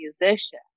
musician